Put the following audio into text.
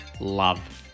love